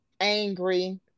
angry